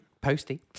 posty